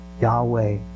Yahweh